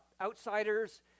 outsiders